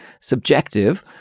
subjective